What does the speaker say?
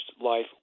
life